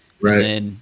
Right